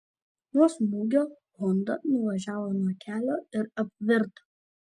nuo smūgio honda nuvažiavo nuo kelio ir apvirto